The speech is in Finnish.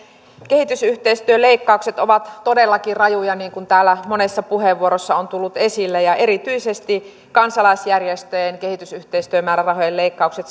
kehitysyhteistyöleikkaukset ovat todellakin rajuja niin kuin täällä monessa puheenvuorossa on tullut esille ja erityisesti kansalaisjärjestöjen kehitysyhteistyömäärärahojen leikkaukset